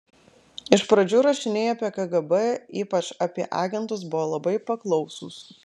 iš pradžių rašiniai apie kgb ypač apie agentus buvo labai paklausūs